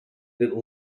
that